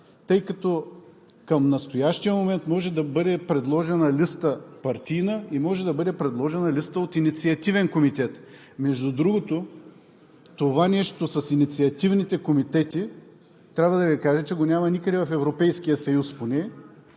тъй като към настоящия момент може да бъде предложена листа партийна и може да бъде предложена листа от инициативен комитет. Между другото, това нещо с инициативните комитети, трябва да Ви кажа, че го няма никъде, в Европейския съюз поне,